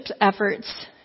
efforts